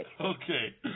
Okay